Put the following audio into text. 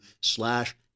slash